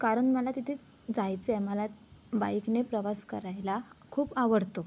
कारण मला तिथे जायचं आहे मला बाईकने प्रवास करायला खूप आवडतो